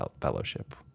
Fellowship